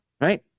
Right